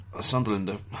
Sunderland